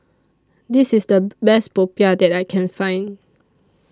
This IS The Best Popiah that I Can Find